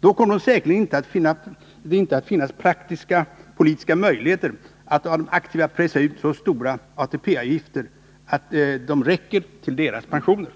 Då kommer det säkerligen inte att finnas praktiska politiska möjligheter att av de aktiva människorna pressa ut så stora ATP-avgifter att dessa räcker till deras pensioner.